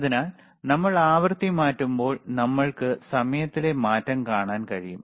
അതിനാൽ നമ്മൾ ആവൃത്തി മാറ്റുമ്പോൾ നിങ്ങൾക്ക് സമയത്തിലെ മാറ്റം കാണാനും കഴിയും